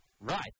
right